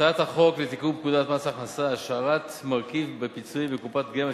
הצעת החוק לתיקון פקודת מס הכנסה (השארת מרכיב הפיצויים בקופת גמל),